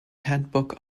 handbook